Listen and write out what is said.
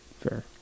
Fair